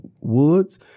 Woods